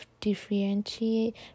differentiate